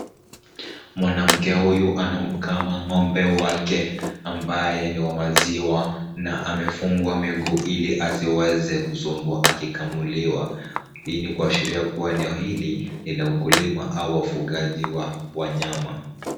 Mwanamke huyu anamkama ng'ombe wake ambaye ni wa maziwa na amefungwa miguu ili asiweze kusumbua akikamuliwa. Hii ni kuashiria kuwa eneo hili ni la ukulima au la ufugaji wa wanyama.